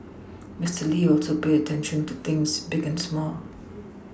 Mister Lee also paid attention to things big and small